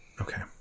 okay